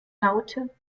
laute